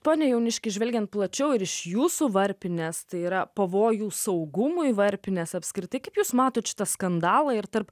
pone jauniški žvelgiant plačiau ir iš jūsų varpinės tai yra pavojų saugumui varpinės apskritai kaip jūs matote šitą skandalą ir tarp